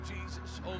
Jesus